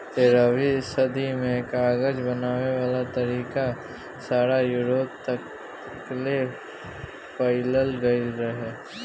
तेरहवीं सदी में कागज बनावे वाला तरीका सारा यूरोप तकले फईल गइल रहे